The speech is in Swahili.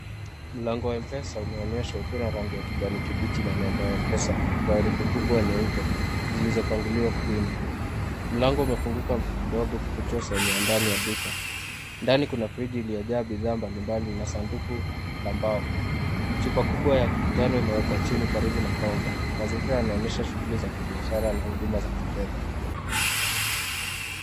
Mlango wa mpesa umeonyesha ukiwa na rangi ya kijani kibichi na nembo ya Mpesa kwa herufi kubwa nyeupe zilizopangiliwa wima, mlango umefunguka kidogo ukifichua sehemu ya ndani ya duka, ndani kuna friji iliyojaa bidhaa mbalimbali na sanduku la mbao, chupa kubwa ya njano imewekwa chini karibu na kaunta, mazingira yanaonyesha shughuli za kibiashara na huduma za kifedha.